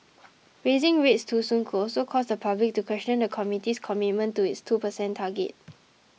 raising rates too soon could also cause the public to question the committee's commitment to its two percent target